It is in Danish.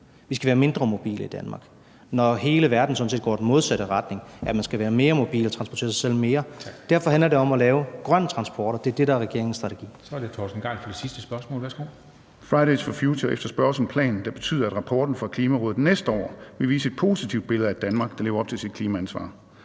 vi skal være mindre mobile i Danmark, når hele verden sådan set går i den modsatte retning, nemlig at man skal være mere mobil og transportere sig selv mere. Derfor handler det om at lave grøn transport, og det er det, der er regeringens strategi. Kl. 14:14 Formanden (Henrik Dam Kristensen): Så er det hr. Torsten Gejl for det sidste spørgsmål. Værsgo. Kl. 14:14 Torsten Gejl (ALT): Fridays for Future efterspørger også en plan, der betyder, at rapporten fra Klimarådet næste år vil vise et positivt billede af et Danmark, der lever op til sit klimaansvar.